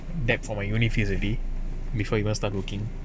in debts for my uni fees already before you start working